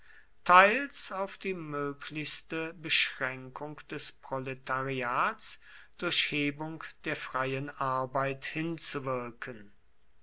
teils auf die möglichste beschränkung des proletariats durch hebung der freien arbeit hinzuwirken